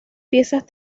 piezas